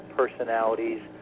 personalities